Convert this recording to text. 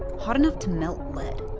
hot enough to melt lead,